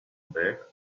back